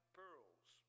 pearls